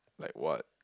like what